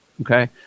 Okay